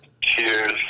Cheers